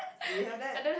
do you have that